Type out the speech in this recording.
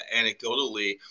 anecdotally